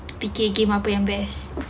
fikir game apa yang best